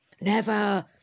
Never